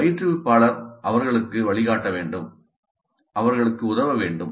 பயிற்றுவிப்பாளர் அவர்களுக்கு வழிகாட்ட வேண்டும் அவர்களுக்கு உதவ வேண்டும்